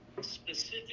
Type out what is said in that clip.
specific